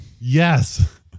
Yes